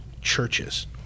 churches